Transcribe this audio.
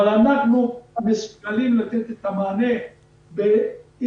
אבל אנחנו מסוגלים לתת את המענה בצמצום